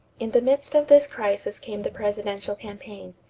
in the midst of this crisis came the presidential campaign.